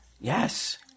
Yes